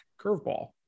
curveball